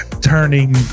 turning